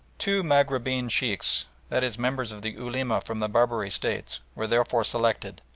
two maghribeen sheikhs that is members of the ulema from the barbary states were therefore selected,